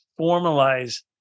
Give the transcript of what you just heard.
formalize